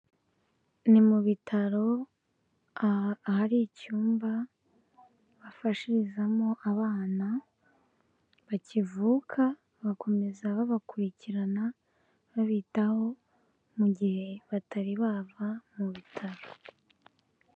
Ni mu bitaro ahari icyumba bafashirizamo abana bakivuka, bakomeza babakurikirana, babitaho mu gihe batari bava mu bitaro.